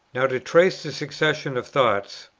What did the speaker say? now to trace the succession of thoughts,